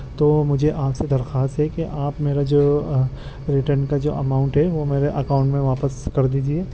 تو مجھے آپ سے درخواست ہے کہ آپ میرا جو ریٹرن کا جو اماؤنٹ ہے وہ میرے اکاؤنٹ میں واپس کر دیجئے